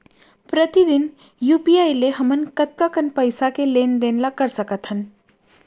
प्रतिदन यू.पी.आई ले हमन कतका कन पइसा के लेन देन ल कर सकथन?